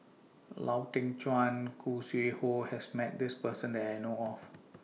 Lau Teng Chuan Khoo Sui Hoe has Met This Person that I know of